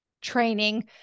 training